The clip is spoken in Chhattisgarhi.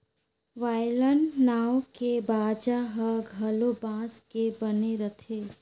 वायलन नांव के बाजा ह घलो बांस के बने रथे